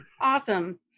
awesome